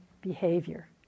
behavior